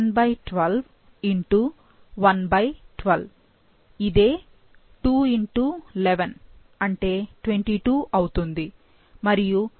కాబట్టి ఇది 21112112 ఇదే 211 అంటే 22 అవుతుంది మరియు 1212144 అవుతుంది